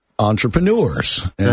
entrepreneurs